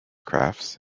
crafts